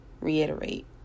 reiterate